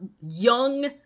young